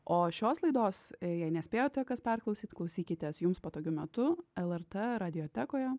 o šios laidos jei nespėjote kas perklausyt klausykitės jums patogiu metu lrt radiotekoje